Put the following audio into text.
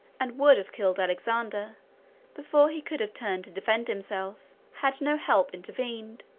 and would have killed alexander before he could have turned to defend himself, had no help intervened